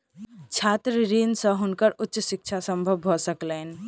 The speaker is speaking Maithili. छात्र ऋण से हुनकर उच्च शिक्षा संभव भ सकलैन